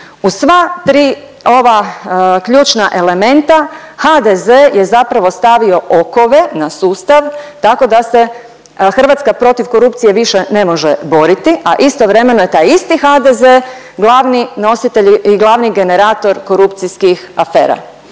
U sva tri ova ključna elementa HDZ je zapravo stavio okove na sustav tako da se Hrvatska protiv korupcije više ne može boriti, a istovremeno je taj isti HDZ glavni nositelj i glavni generator korupcijskih afera.